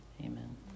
Amen